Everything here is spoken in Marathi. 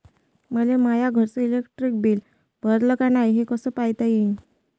मले माया घरचं इलेक्ट्रिक बिल भरलं का नाय, हे कस पायता येईन?